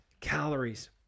calories